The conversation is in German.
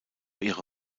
ihre